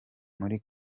muri